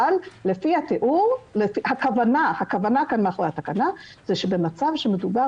אבל לפי התיאור הכוונה מאחורי התקנה היא שבמצב שמדובר